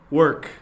work